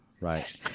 Right